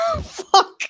fuck